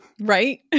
Right